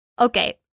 Okay